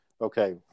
okay